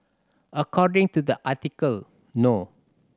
according to the article no